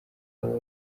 ababa